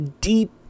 deep